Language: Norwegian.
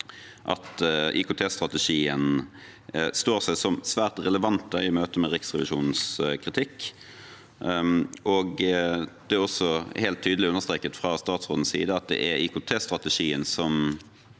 at IKTstrategien står seg som svært relevant i møte med Riksrevisjonens kritikk. Det er også helt tydelig understreket fra statsrådens side at det er IKT-strategien som